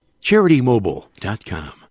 CharityMobile.com